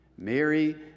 Mary